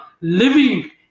living